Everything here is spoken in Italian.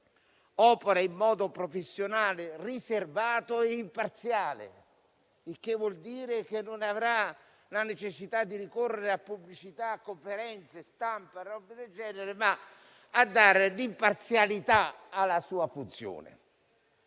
«opera in modo professionale, riservato, imparziale», il che vuol dire che non avrà la necessità di ricorrere a pubblicità, conferenze stampa e cose del genere, ma l'intento è dare imparzialità alla sua funzione.